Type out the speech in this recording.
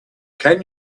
can